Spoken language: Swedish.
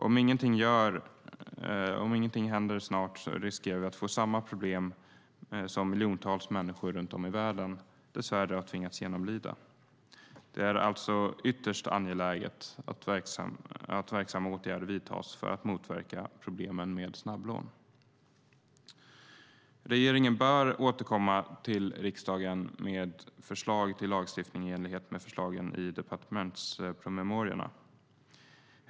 Om ingenting snart händer riskerar vi att få samma problem som miljontals människor runt om i världen dess värre har tvingats genomlida. Det är alltså ytterst angeläget att verksamma åtgärder vidtas för att motverka problemen med snabblån. Regeringen bör återkomma till riksdagen med förslag till lagstiftning i enlighet med förslagen i departementspromemoriorna.